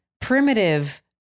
primitive